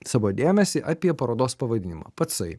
savo dėmesį apie parodos pavadinimą pacai